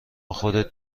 خودت